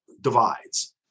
divides